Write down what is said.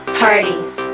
parties